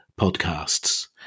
podcasts